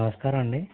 నమస్కారమండి